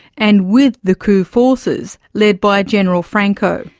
and with the coup forces led by general franco.